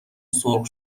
سرخ